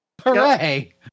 Hooray